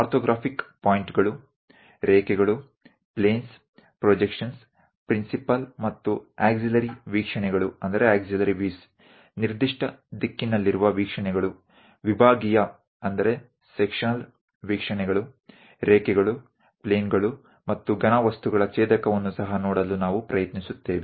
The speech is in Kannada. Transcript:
ಆರ್ಥೋಗ್ರಾಫಿಕ್ ಪಾಯಿಂಟ್ಗಳು ರೇಖೆಗಳು ಪ್ಲೇನ್ಸ್ ಪ್ರೊಜೆಕ್ಷನ್ಸ್ ಪ್ರಿನ್ಸಿಪಲ್ ಮತ್ತು ಆಕ್ಸಿಲರೀ ವೀಕ್ಷಣೆಗಳು ನಿರ್ದಿಷ್ಟ ದಿಕ್ಕಿನಲ್ಲಿರುವ ವೀಕ್ಷಣೆಗಳು ವಿಭಾಗೀಯ ವೀಕ್ಷಣೆಗಳು ರೇಖೆಗಳು ಪ್ಲೇನ್ಗಳು ಮತ್ತು ಘನವಸ್ತುಗಳ ಛೇದಕವನ್ನು ಸಹ ನೋಡಲು ನಾವು ಪ್ರಯತ್ನಿಸುತ್ತೇವೆ